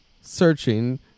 searching